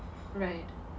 right